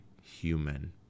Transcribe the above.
human